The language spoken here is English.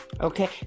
Okay